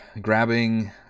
grabbing